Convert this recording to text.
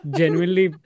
genuinely